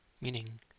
Meaning